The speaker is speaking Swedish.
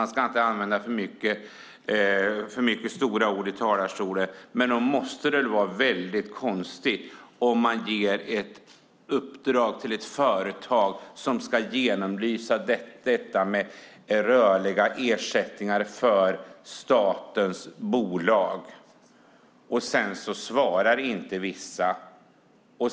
Man ska inte använda för många stora ord i talarstolen, men nog måste det väl vara väldigt konstigt om man ger ett uppdrag till ett företag som ska genomlysa detta med rörliga ersättningar för statens bolag och sedan svarar inte vissa.